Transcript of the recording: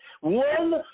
One